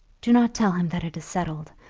do not tell him that it is settled.